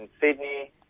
Sydney